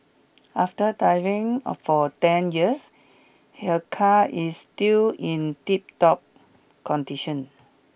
after diving for ten years here car is still in tiptop condition